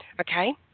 Okay